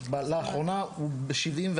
הוא לאחרונה, ב-1975,